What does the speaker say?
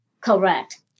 Correct